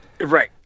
Right